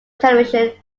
television